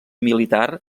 militar